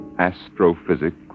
astrophysics